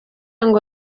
ngo